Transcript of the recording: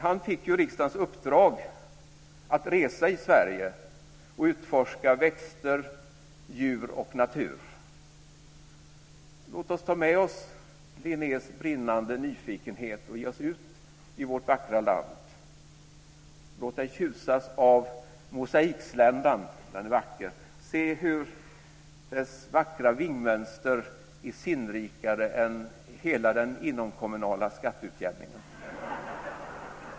Han fick riksdagens uppdrag att resa i Sverige och utforska växter, djur och natur. Låt oss ta med oss Linnés brinnande nyfikenhet och ge oss ut i vårt vackra land. Låt dig tjusas av mosaiksländan - den är vacker - och se hur dess vackra vingmönster är sinnrikare än hela den inomkommunala skatteutjämningen.